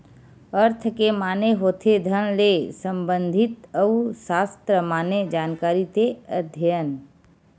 अर्थ के माने होथे धन ले संबंधित अउ सास्त्र माने जानकारी ते अध्ययन